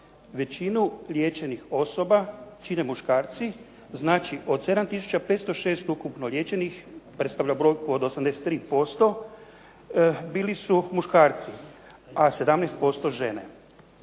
Većinu liječenih osoba čine muškarci, znači od 7506 ukupno liječenih predstavlja brojku od 83% bili su muškarci, a 17% žene.